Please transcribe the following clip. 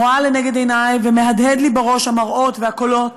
ואני רואה לנגד עיני ומהדהדים לי בראש המראות והקולות